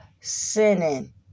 sinning